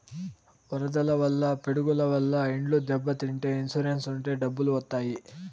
వరదల వల్ల పిడుగుల వల్ల ఇండ్లు దెబ్బతింటే ఇన్సూరెన్స్ ఉంటే డబ్బులు వత్తాయి